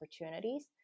opportunities